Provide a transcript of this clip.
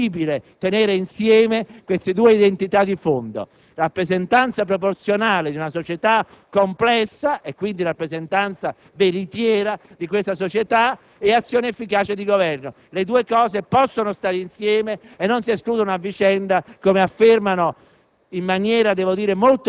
variazioni. Credo che sia possibile tenere insieme queste due identità di fondo: rappresentanza proporzionale di una società complessa, e quindi rappresentanza veritiera di questa società, e azione efficace di Governo. I due aspetti possono stare insieme e non si escludono a vicenda, come affermano